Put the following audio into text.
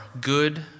good